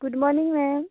good morning ma'am